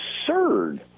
absurd